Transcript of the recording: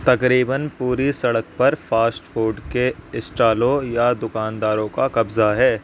تقریباً پوری سڑک پر فاسٹ فوڈ کے اسٹالوں یا دکانداروں کا قبضہ ہے